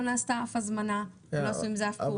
נעשתה שום הזמנה ולא עשו עם זה שום פעולה.